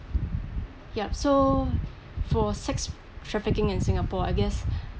yup so for sex trafficking in singapore I guess